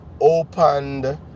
opened